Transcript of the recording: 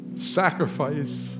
sacrifice